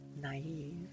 Naive